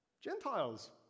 Gentiles